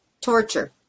torture